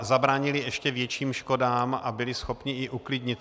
Zabránili ještě větším škodám a byli schopni i lidi uklidnit.